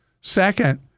Second